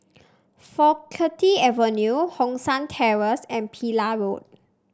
Faculty Avenue Hong San Terrace and Pillai Road